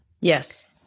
Yes